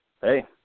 hey